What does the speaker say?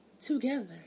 together